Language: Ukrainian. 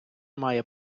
має